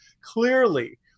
clearly